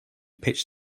pitched